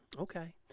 Okay